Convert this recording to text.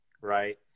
right